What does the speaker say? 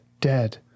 dead